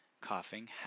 coughing